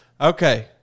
Okay